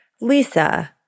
Lisa